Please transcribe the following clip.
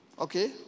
okay